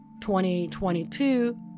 2022